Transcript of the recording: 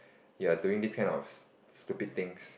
you are doing this kind of stupid things